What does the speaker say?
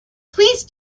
please